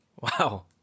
Wow